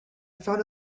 found